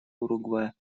уругвая